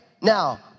Now